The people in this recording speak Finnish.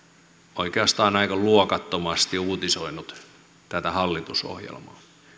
oikeastaan aika luokattomasti uutisoinut tätä hallitusohjelmaa